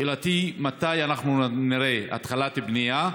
שאלתי: מתי אנחנו נראה התחלת בנייה,